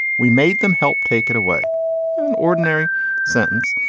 we made them help take it away in an ordinary sentence.